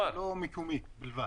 זה לא מקומי בלבד.